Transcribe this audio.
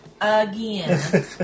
Again